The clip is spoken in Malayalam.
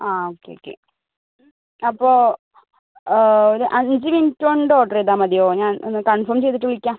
ആ ഓക്കെ ഓക്കെ അപ്പോൾ ഒരു അഞ്ച് മിനുട്ട് കൊണ്ട് ഓർഡർ ചെയ്താൽ മതിയോ ഞാൻ ഒന്ന് കൺഫോം ചെയ്തിട്ട് വിളിക്കാം